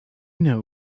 know